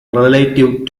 relative